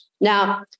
Now